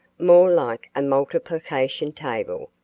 more like a multiplication table,